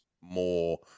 more